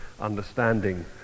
understanding